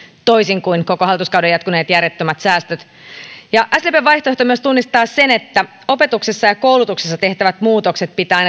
toisin kuin hallitus koko hallituskauden jatkuneilla järjettömillä säästöillään ja sdpn vaihtoehto myös tunnistaa sen että opetuksessa ja koulutuksessa tehtävät muutokset pitää